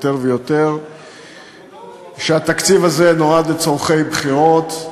ויותר על כך שהתקציב הזה נועד לצורכי בחירות,